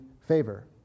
favor